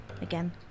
again